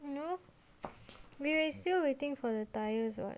no we're still waiting for the tyres what